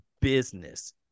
business